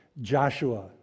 Joshua